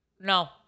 No